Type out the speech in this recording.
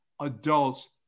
adults